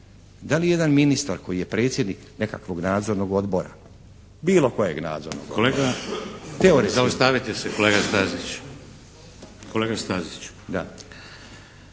da li jedan ministar koji je predsjednik nekakvog nadzornog odbora bilo kojeg nadzornog odbora… **Šeks, Vladimir (HDZ)** Kolega, zaustavite se kolega Stazić. Kolega Stazić.